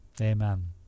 Amen